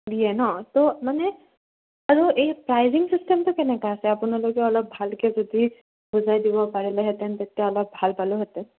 দিয়ে নহ্ ত' মানে আৰু এই প্ৰাইজিং ছিষ্টেমটো কেনেকুৱা আছে আপোনালোকে অলপ ভালকৈ যদি বুজাই দিব পাৰিলেহেঁতেন তেতিয়া অলপ ভাল পালোহেঁতেন